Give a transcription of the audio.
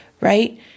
right